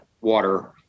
water